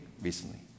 recently